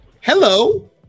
hello